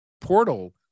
portal